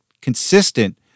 consistent